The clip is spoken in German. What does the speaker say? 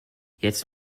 jetzt